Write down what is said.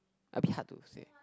a bit hard to say